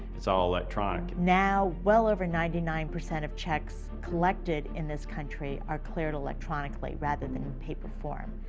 it's all electronic. now, well over ninety nine percent of checks collected in this country are cleared electronically, rather than in paper form.